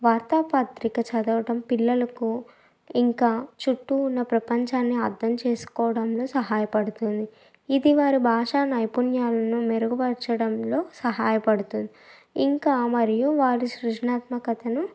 వార్తాపత్రిక చదవటం పిల్లలకు ఇంకా చుట్టూ ఉన్న ప్రపంచాన్ని అర్థం చేసుకోవడంలో సహాయపడుతుంది ఇది వారి భాష నైపుణ్యాలను మెరుగుపరచడంలో సహాయపడుతుంది ఇంకా మరియు వారి సృజనాత్మకతను